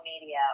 media